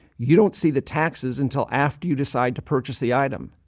you don't see the taxes until after you decide to purchase the item.